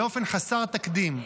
באופן חסר תקדים,